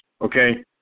okay